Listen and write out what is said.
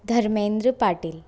Dharmendra Patil